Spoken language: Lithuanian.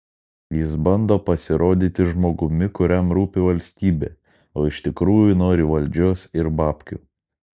jis bando pasirodyti žmogumi kuriam rūpi valstybė o iš tikrųjų nori valdžios ir babkių